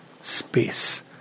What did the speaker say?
space